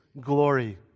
glory